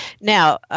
Now